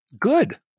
Good